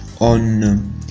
on